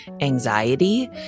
anxiety